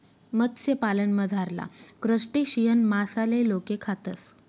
मत्स्यपालनमझारला क्रस्टेशियन मासाले लोके खातस